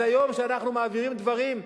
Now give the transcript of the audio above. אז היום, כשאנחנו מעבירים דברים,